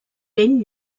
bell